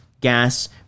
gas